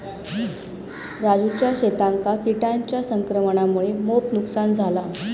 राजूच्या शेतांका किटांच्या संक्रमणामुळा मोप नुकसान झाला